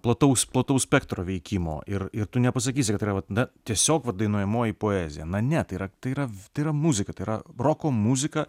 plataus plataus spektro veikimo ir ir tu nepasakysi kad yra vat na tiesiog va dainuojamoji poezija na ne tai yra tai yra tai yra muzika tai yra roko muzika